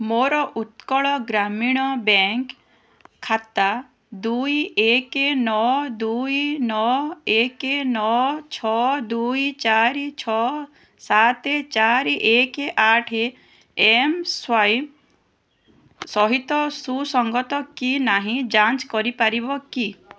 ମୋର ଉତ୍କଳ ଗ୍ରାମୀଣ ବ୍ୟାଙ୍କ୍ ଖାତା ଦୁଇ ଏକ ନଅ ଦୁଇ ନଅ ଏକ ଛଅ ନଅ ଦୁଇ ଚାରି ଛଅ ସାତ ଚାରି ଏକ ଆଠ ଏମ୍ସ୍ୱାଇପ୍ ସହିତ ସୁସଙ୍ଗତ କି ନାହିଁ ଯାଞ୍ଚ କରିପାରିବ କି